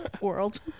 world